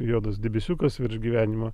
juodas debesiukas virš gyvenimo